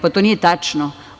Pa, to nije tačno.